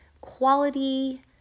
quality